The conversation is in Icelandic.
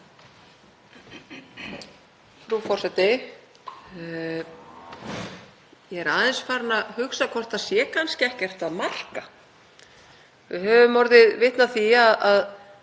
Frú forseti. Ég er aðeins farin að hugsa hvort það sé kannski ekkert að marka. Við höfum orðið vitni að því að